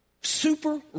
super